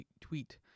tweet